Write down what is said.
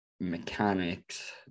mechanics